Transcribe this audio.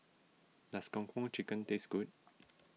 does Kung Po Chicken taste good